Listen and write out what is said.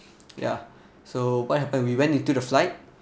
ya so what happened we went into the flight